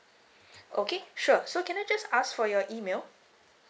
okay sure so can I just ask for your email